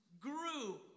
Grew